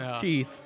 teeth